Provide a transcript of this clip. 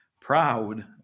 proud